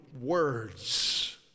words